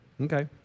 Okay